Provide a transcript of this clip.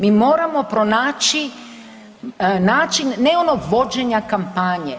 Mi moramo pronaći način ne ono vođenja kampanje.